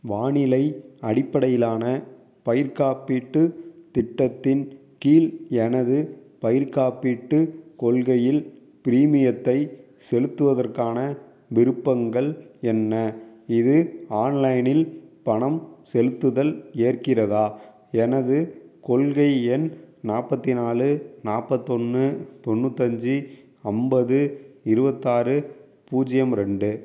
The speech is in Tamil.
வானிலை அடிப்படையிலான பயிர் காப்பீட்டு திட்டத்தின் கீழ் எனது பயிர்க் காப்பீட்டு கொள்கையில் பிரீமியத்தை செலுத்துவதற்கான விருப்பங்கள் என்ன இது ஆன்லைனில் பணம் செலுத்துதல் ஏற்கின்றதா எனது கொள்கை எண் நாற்பத்தி நாலு நாற்பத்தொன்னு தொண்ணூத்தஞ்சு ஐம்பது இருபத்தாறு பூஜ்ஜியம் ரெண்டு